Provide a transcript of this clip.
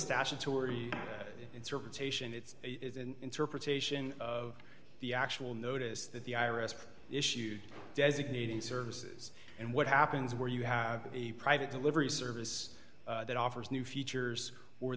statutory interpretation it's interpretation of the actual notice that the iris issued designating services and what happens where you have a private delivery service that offers new features or